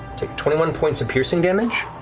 take twenty one points of piercing damage.